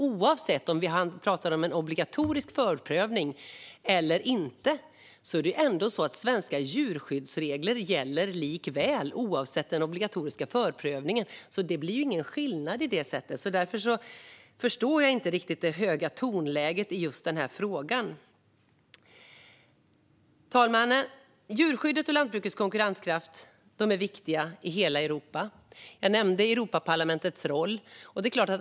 Oavsett om vi har en obligatorisk förprövning eller inte är det självklart så att svenska djurskyddsregler gäller. Det blir ingen skillnad i det avseendet. Därför förstår jag inte riktigt det höga tonläget i den frågan. Fru talman! Djurskyddet och landsbygdens konkurrenskraft är viktiga frågor i hela Europa. Jag nämnde Europaparlamentets roll.